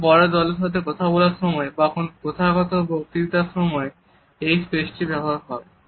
কোন বড় দলের সাথে কথা বলার সময় বা কোন প্রথাগত বক্তৃতার সময় এই স্পেসটি ব্যবহৃত হয়